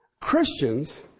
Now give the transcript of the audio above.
Christians